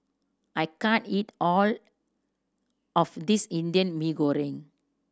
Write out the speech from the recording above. I can't eat all of this Indian Mee Goreng